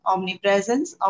Omnipresence